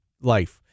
life